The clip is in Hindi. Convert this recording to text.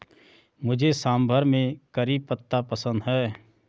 मुझे सांभर में करी पत्ता पसंद है